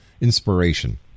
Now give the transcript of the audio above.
inspiration